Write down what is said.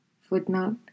Footnote